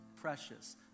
precious